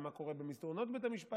ומה קורה במסדרונות בית המשפט?